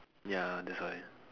ya that's why